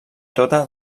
tota